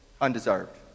undeserved